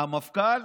המפכ"ל